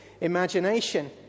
imagination